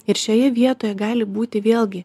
ir šioje vietoje gali būti vėlgi